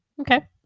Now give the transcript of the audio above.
Okay